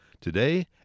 Today